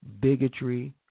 Bigotry